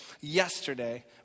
yesterday